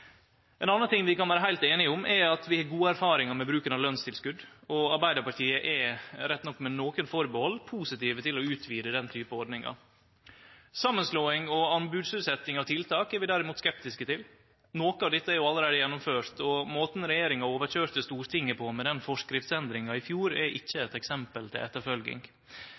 Ein annan ting vi kan vere heilt einige om, er at vi har gode erfaringar med bruken av lønstilskot, og Arbeidarpartiet er – rett nok med nokon atterhald – positiv til å utvide den typen ordningar. Samanslåing og anbodsutsetjing av tiltak er vi derimot skeptiske til. Noko av dette er jo allereie gjennomført, og måten regjeringa overkjørte Stortinget på med den forskriftsendringa i fjor, er ikkje eit eksempel til etterfølging.